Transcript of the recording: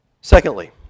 Secondly